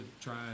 try